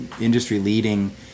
industry-leading